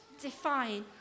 define